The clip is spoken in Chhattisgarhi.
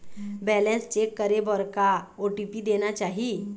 बैलेंस चेक करे बर का ओ.टी.पी देना चाही?